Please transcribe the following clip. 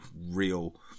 real